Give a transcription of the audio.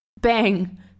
Bang